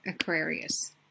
Aquarius